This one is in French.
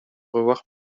revoir